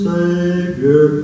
Savior